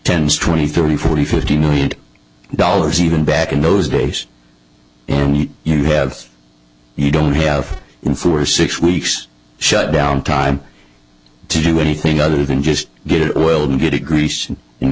tens twenty thirty forty fifty million dollars even back in those days and you have you don't have in for six weeks shut down time to do anything other than just get it